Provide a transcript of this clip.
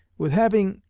with having,